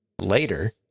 later